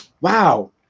wow